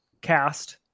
cast